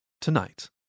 tonight